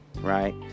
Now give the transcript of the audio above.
right